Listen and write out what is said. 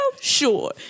Sure